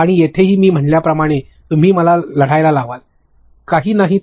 आणि तिथेही मी म्हटल्या प्रमाणे तुम्ही मला लढायला लावाल काही नाही तर